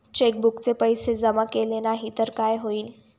चेकबुकचे पैसे जमा केले नाही तर काय होईल?